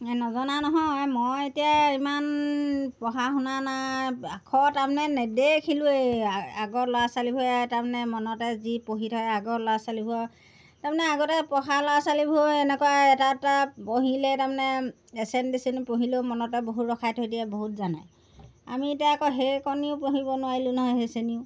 নজনা নহয় মই এতিয়া ইমান পঢ়া শুনা নাই আখৰ তাৰমানে নেদেখিলোঁয়ে আগৰ ল'ৰা ছোৱালীবোৰে তাৰমানে মনতে যি পঢ়ি থাকে আগৰ ল'ৰা ছোৱালীবোৰৰ তাৰমানে আগতে পঢ়া ল'ৰা ছোৱালীবোৰ এনেকুৱা এটা এটা পঢ়িলে তাৰমানে এশ্ৰেণী দুশ্ৰেণী পঢ়িলেও মনতে বহুত ৰখাই থৈ দিয়ে বহুত জানে আমি এতিয়া আকৌ সেইকণো পঢ়িব নোৱাৰিলোঁ নহয় সেই শ্ৰেণীও